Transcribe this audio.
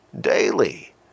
daily